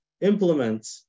implement